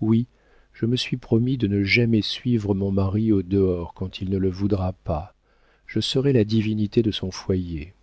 oui je me suis promis de ne jamais suivre mon mari au dehors quand il ne le voudra pas je serai la divinité de son foyer